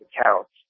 accounts